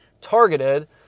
targeted